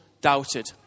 doubted